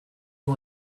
you